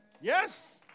Yes